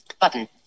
Button